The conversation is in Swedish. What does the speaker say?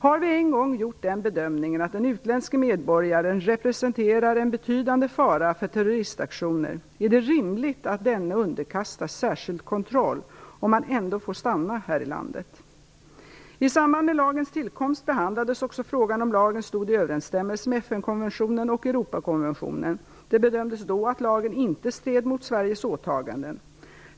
Har vi en gång gjort den bedömningen att den utländske medborgaren representerar en betydande fara för terroristaktioner, är det rimligt att denne underkastas särskild kontroll om han ändå får stanna här i landet. I samband med lagens tillkomst behandlades också frågan om lagen stod i överensstämmelse med FN konventionen och Europakonventionen. Det bedömdes då att lagen inte stred mot Sveriges åtaganden.